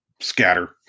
scatter